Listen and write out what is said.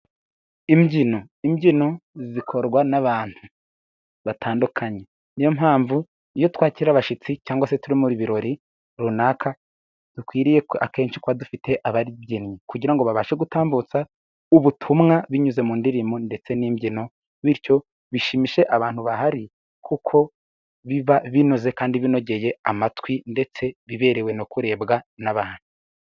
Imbyino. Imbyino zikorwa n'abantu batandukanye, niyo mpamvu iyo twakira abashyitsi cyangwa se turi muri ibirori runaka, dukwiriye akenshi kuba dufite ababyinnyi kugira ngo babashe gutambutsa ubutumwa binyuze mu ndirimbo ndetse n'imbyino bityo bishimishe abantu bahari kuko biba binoze kandi binogeye amatwi ndetse biberewe no kurebwa n'abantu.